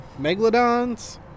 Megalodons